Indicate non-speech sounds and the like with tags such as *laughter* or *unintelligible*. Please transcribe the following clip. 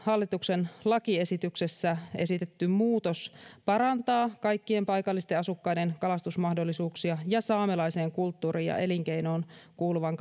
hallituksen lakiesityksessä esitetty muutos ylä lapin kalastuslupaan parantaa kaikkien paikallisten asukkaiden kalastusmahdollisuuksia ja saamelaiseen kulttuuriin ja elinkeinoon kuuluvan *unintelligible*